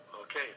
Okay